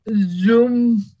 Zoom